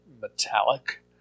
metallic